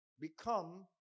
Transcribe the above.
become